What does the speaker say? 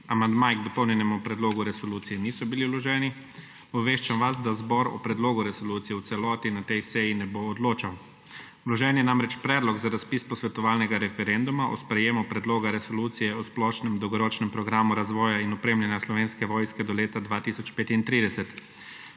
Amandmaji k dopolnjenemu predlogu resolucije niso bili vloženi. Obveščam vas, da zbor o predlogu resolucije v celoti na tej seji ne bo odločal. Vložen je namreč predlog za razpis posvetovalnega referenduma o sprejemu Predloga resolucije o splošnem dolgoročnem programu razvoja in opremljanja Slovenske vojske do leta 2035.